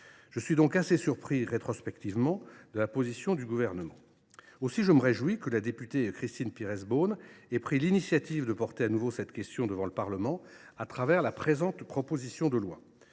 Je suis donc assez surpris, rétrospectivement, de la position du Gouvernement. Aussi, je me réjouis que la députée Christine Pires Beaune ait pris l’initiative de porter de nouveau cette question devant le Parlement au travers de la présente proposition de loi.